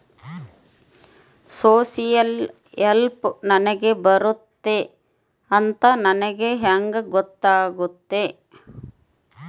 Social help ನನಗೆ ಬರುತ್ತೆ ಅಂತ ನನಗೆ ಹೆಂಗ ಗೊತ್ತಾಗುತ್ತೆ?